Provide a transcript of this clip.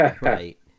Right